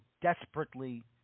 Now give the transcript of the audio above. desperately